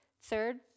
Third